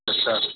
अच्छा